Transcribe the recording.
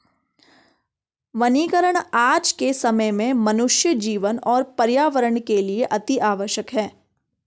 वनीकरण आज के समय में मनुष्य जीवन और पर्यावरण के लिए अतिआवश्यक है